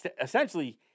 essentially